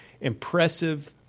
impressive –